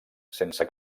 sense